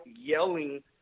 yelling